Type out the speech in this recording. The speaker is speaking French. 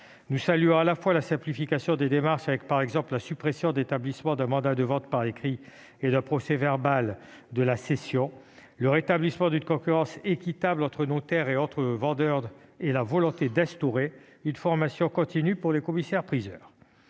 Nous saluons à la fois la simplification des démarches, notamment la suppression de l'établissement d'un mandat de vente par écrit et d'un procès-verbal de la cession et le rétablissement d'une concurrence équitable entre notaires et autres vendeurs, et la volonté d'instaurer une formation continue pour les commissaires-priseurs.